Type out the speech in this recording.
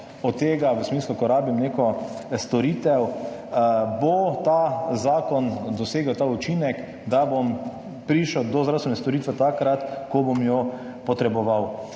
od tega, v smislu, ko rabim neko storitev, bo ta zakon dosegel ta učinek, da bom prišel do zdravstvene storitve takrat, ko bom jo potreboval?